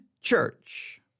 Church